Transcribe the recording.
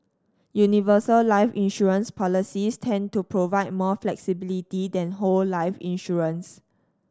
universal life insurance policies tend to provide more flexibility than whole life insurance